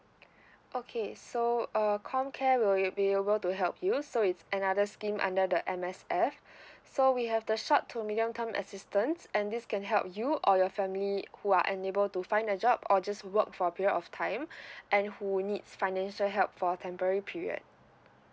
okay so err comcare will be able to help you so it's another scheme under the M_S_F so we have the short to medium term assistance and this can help you or your family who are unable to find a job or just work for a period of time and who needs financial help for a temporary period